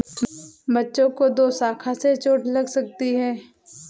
बच्चों को दोशाखा से चोट लग सकती है